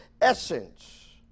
essence